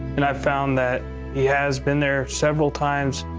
and i found that he has been there several times.